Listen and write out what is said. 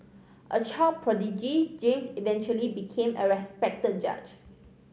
a child prodigy James eventually became a respected judge